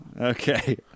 Okay